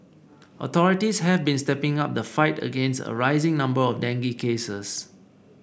authorities have been stepping up the fight against a rising number of dengue cases